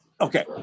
Okay